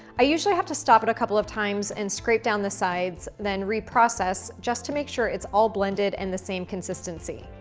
i usually have to stop it a couple of times and scrape down the sides, then reprocess, just to make sure it's all blended and the same consistency.